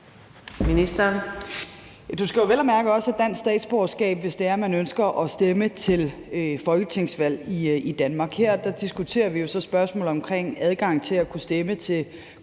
Man skal jo vel at mærke også have dansk statsborgerskab, hvis det er, man ønsker at stemme til folketingsvalg i Danmark. Her diskuterer vi jo så spørgsmålet omkring adgang til at kunne stemme til kommunal-